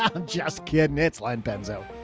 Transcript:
ah just kidding. it's line benzo.